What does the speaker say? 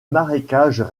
marécages